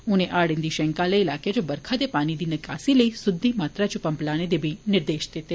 उनें हाड़ दी शैंका आह्ले इलाकें च बरखा दे पानी दी निकासी लेई सुद्दी मात्रा च पम्प लाने दे बी निर्देश दित्ते